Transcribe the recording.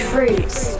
Fruits